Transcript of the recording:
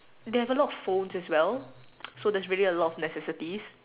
they have a lot of phones as well so there's really a lot of necessities